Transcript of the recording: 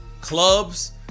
clubs